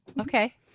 Okay